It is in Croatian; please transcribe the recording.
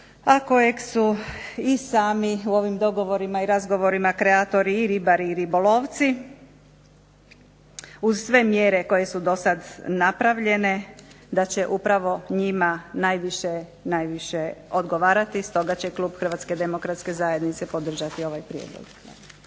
kojeg su i sami u ovim dogovorima kreatori i ribari i ribolovci, uz sve mjere koje su dosad napravljene, da će upravo njima najviše odgovarati, stoga će klub Hrvatske demokratske zajednice podržati ovaj prijedlog.